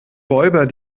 räuber